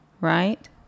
right